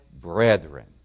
brethren